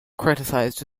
criticized